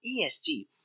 ESG